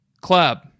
Club